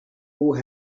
who